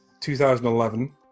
2011